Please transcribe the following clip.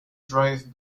drive